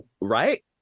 right